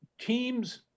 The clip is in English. Teams